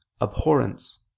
abhorrence